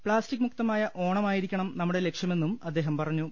പ്ലാസ്റ്റിക്ക്മുക്തമായ ഓണം ആയിരിക്കണം നമ്മുടെ ലക്ഷ്യമെന്നും അദ്ദേഹം പറഞ്ഞു